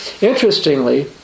Interestingly